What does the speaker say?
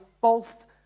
false